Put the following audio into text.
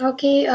Okay